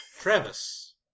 Travis